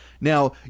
Now